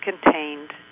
contained